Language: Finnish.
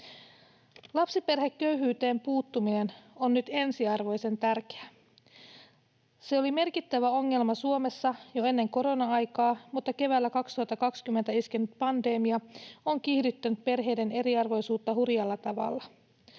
Lapsiperheköyhyyteen puuttuminen on nyt ensiarvoisen tärkeää. Se oli merkittävä ongelma Suomessa jo ennen korona-aikaa, mutta keväällä 2020 iskenyt pandemia on kiihdyttänyt perheiden eriarvoisuutta hurjalla tavalla.